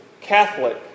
Catholic